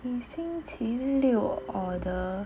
星期六 order